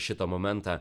šitą momentą